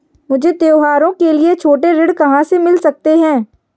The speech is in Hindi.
मुझे त्योहारों के लिए छोटे ऋण कहाँ से मिल सकते हैं?